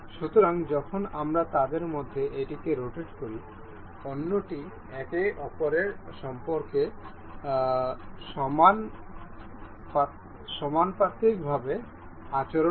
সুতরাং যখন আমরা তাদের মধ্যে একটিকে রোটেট করি অন্যটি একে অপরের সম্পর্কে সমানুপাতিকভাবে আচরণ করে